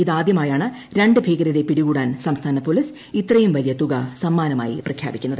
ഇതാദ്യമായാണ് രണ്ടു ഭീകരരെ പിടികൂടാൻ സംസ്ഥാന പോലീസ് ഇത്രയും വലിയ തുക സമ്മാനമായി പ്രഖ്യാപിക്കുന്നത്